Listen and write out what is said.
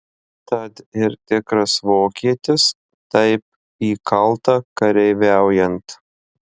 tad ir tikras vokietis taip įkalta kareiviaujant